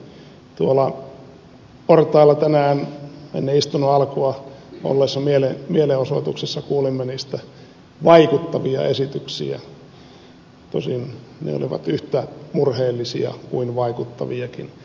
tuolla portailla tänään ennen istunnon alkua olleessa mielenosoituksessa kuulimme niistä vaikuttavia esityksiä tosin ne olivat yhtä murheellisia kuin vaikuttaviakin